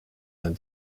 vingt